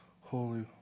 holy